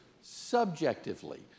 subjectively